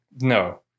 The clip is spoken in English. No